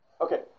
okay